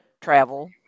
travel